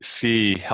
see